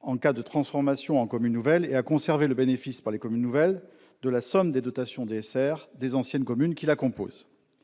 en cas de transformation en communes nouvelles, et à conserver le bénéfice par les communes nouvelles de la somme des DSR des anciennes communes qui les composent.